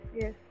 yes